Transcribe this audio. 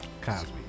Cosby